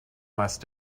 must